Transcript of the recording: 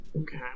Okay